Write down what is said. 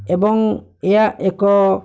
ଏବଂ ଏହା ଏକ